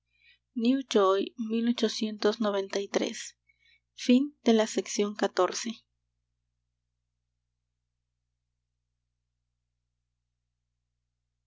llama de la